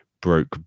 broke